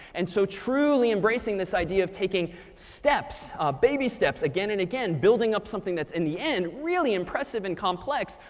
and so truly embracing this idea of taking steps baby steps again and again building up something that's, in the end, really impressive and complex,